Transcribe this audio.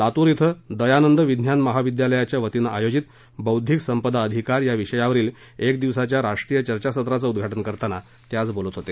लातूर श्वे दयानंद विज्ञान महाविद्यालयाच्या वतीनं आयोजित बौध्दिक संपदा अधिकार या विषयावरील एक दिवसीच्या राष्ट्रीय चर्चासत्राचं उद्वाटनं करताना ते आज बोलत होते